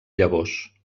llavors